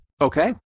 Okay